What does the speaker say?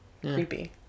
creepy